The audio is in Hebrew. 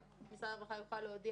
כזאת אני לא רוצה להתווכח חשוב לי